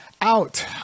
out